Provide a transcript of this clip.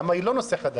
למה היא לא נושא חדש?